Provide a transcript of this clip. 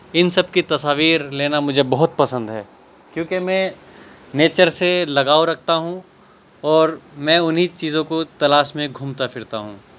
ان سب کی تصاویر لینا مجھے بہت پسند ہے کیونکہ میں نیچر سے لگاؤ رکھتا ہوں اور میں انہی چیزوں کو تلاش میں گھومتا پھرتا ہوں